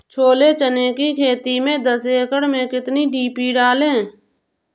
छोले चने की खेती में दस एकड़ में कितनी डी.पी डालें?